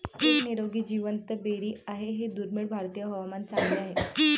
एक निरोगी जिवंत बेरी आहे हे दुर्मिळ भारतीय हवामान चांगले आहे